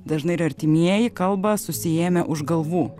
dažnai ir artimieji kalba susiėmę už galvų